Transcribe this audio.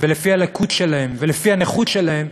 ולפי הלקות שלהם ולפי הנכות שלהם,